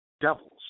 devils